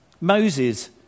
Moses